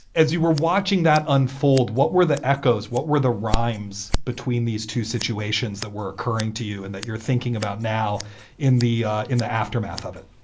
as you were watching that unfold. what were the echoes? what were the rymes between these two situations that were occurring to you and that you're thinking about now in the in the aftermath of it?